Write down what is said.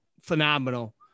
phenomenal